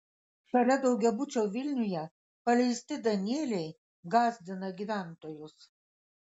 šalia daugiabučio vilniuje paleisti danieliai gąsdina gyventojus